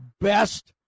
best